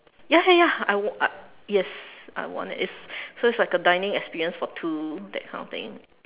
ya ya ya I w~ uh yes I won it it's so it's like a dining experience for two that kind of thing